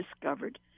discovered